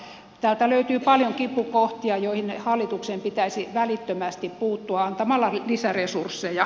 täältä löytyy paljon kipukohtia joihin hallituksen pitäisi välittömästi puuttua antamalla lisäresursseja